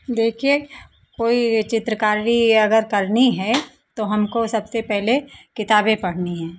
देखिए कोई चित्रकारी अगर करनी है तो हमको सबसे पहले किताबें पढ़नी है